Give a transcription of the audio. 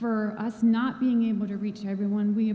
for us not being able to re